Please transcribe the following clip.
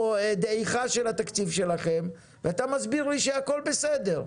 דעיכה של התקציב שלכם ואתה מסביר לי שהכול בסדר.